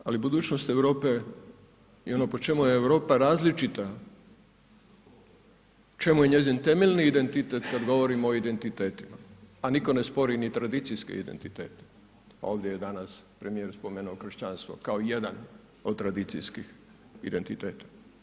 Ali, budućnost Europe i ono po čemu je Europa različita, u čemu je njezin temeljni identitet kad govorimo o identitetima, a nitko ne spori ni tradicijske identitete, a ovdje je danas premijer spomenuo kršćanstvo kao jedan od tradicijskih identiteta.